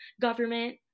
government